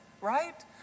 right